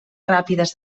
ràpides